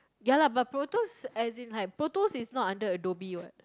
ya lah but Proteus as in like Proteus is not under Adobe what